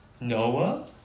Noah